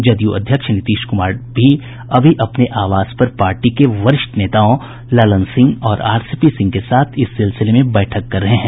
जदयू अध्यक्ष नीतीश कुमार भी अभी अपने आवास पर पार्टी के वरिष्ठ नेताओं ललन सिंह और आरसीपी सिंह के साथ इस सिलसिले में बैठक कर रहे हैं